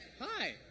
Hi